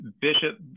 Bishop